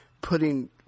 putting